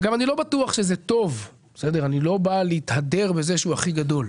לא בא להתהדר בזה שהוא הכי גדול,